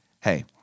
Hey